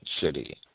city